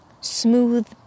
Smooth